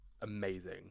amazing